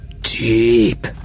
deep